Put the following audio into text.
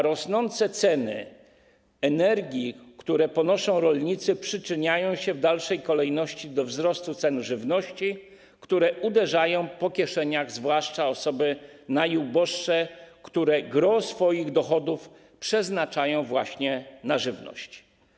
Rosnące ceny energii, które ponoszą rolnicy, przyczyniają się w dalszej kolejności do wzrostu cen żywności, które uderzają po kieszeniach zwłaszcza osoby najuboższe, które gros swoich dochodów przeznaczają właśnie na żywność.